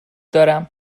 دارم